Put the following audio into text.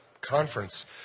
conference